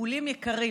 בטיפולים יקרים,